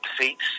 defeats